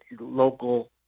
local –